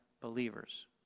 believers